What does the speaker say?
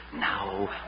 now